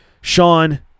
Sean